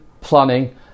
planning